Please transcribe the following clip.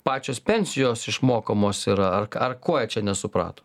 pačios pensijos išmokamos yra ar ar ko jie čia nesuprato